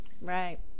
Right